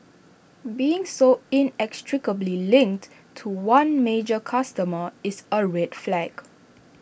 being so inextricably linked to one major customer is A red flag